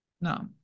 No